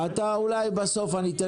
אולי בסוף אני אתן לך.